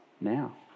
now